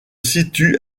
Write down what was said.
situe